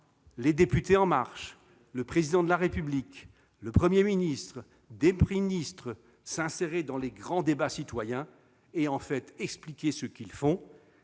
La République En Marche, le Président de la République, le Premier ministre et des ministres aller dans les grands débats citoyens pour, en fait, expliquer ce qu'ils font.